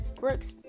Works